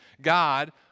God